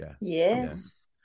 yes